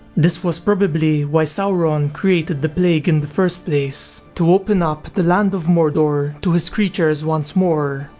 this was probably why sauron created the plague in the first place, to open up the land of mordor to his creatures once more,